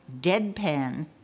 deadpan